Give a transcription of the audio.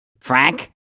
Frank